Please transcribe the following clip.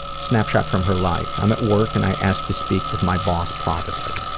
snapshot from her life, i'm at work and i ask to speak with my boss privately.